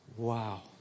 Wow